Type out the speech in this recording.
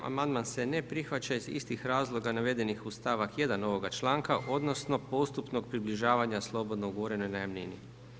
Amandman se ne prihvaća iz istih razloga navedenih uz stavak 1. ovoga članka odnosno postupnog približavanja slobodno ugovorenoj najamnini.